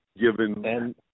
given